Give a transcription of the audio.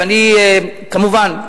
וכמובן,